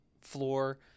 floor